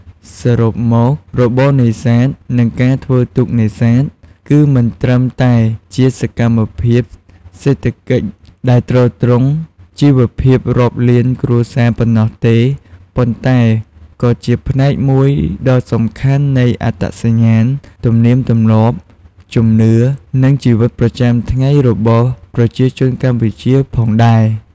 សរុបមក របរនេសាទ និងការធ្វើទូកនេសាទ គឺមិនត្រឹមតែជាសកម្មភាពសេដ្ឋកិច្ចដែលទ្រទ្រង់ជីវភាពរាប់លានគ្រួសារប៉ុណ្ណោះទេ ប៉ុន្តែក៏ជាផ្នែកមួយដ៏សំខាន់នៃអត្តសញ្ញាណ ទំនៀមទម្លាប់ ជំនឿ និងជីវិតប្រចាំថ្ងៃរបស់ប្រជាជនកម្ពុជាផងដែរ។